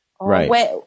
Right